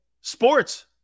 sports